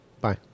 Bye